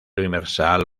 universal